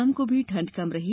शाम को भी ठंड कम रही